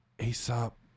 Aesop